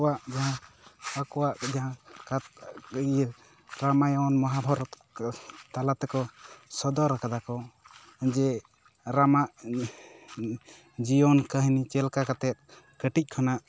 ᱠᱚᱣᱟᱜ ᱡᱟᱦᱟᱸ ᱟᱠᱚᱣᱟᱜ ᱡᱟᱦᱟᱸ ᱠᱟᱛᱷᱟ ᱤᱭᱟᱹ ᱨᱟᱢᱟᱭᱚᱱ ᱢᱚᱦᱟᱵᱷᱟᱨᱚᱛ ᱠᱚ ᱛᱟᱞᱟᱛᱮᱠᱚ ᱥᱚᱫᱚᱨ ᱠᱟᱫᱟ ᱠᱚ ᱡᱮ ᱨᱟᱢᱟᱜ ᱡᱤᱭᱚᱱ ᱠᱟᱦᱱᱤ ᱪᱮᱜ ᱠᱟ ᱠᱟᱛᱮᱜ ᱠᱟᱹᱴᱤᱡ ᱠᱷᱚᱱᱟᱜ